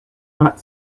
not